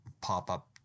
pop-up